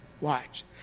Watch